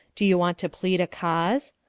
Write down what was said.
do you want to plead a cause?